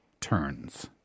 turns